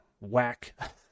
whack